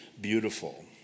beautiful